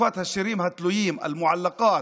בתקופת השירים התלויים, אל-מועלקאת.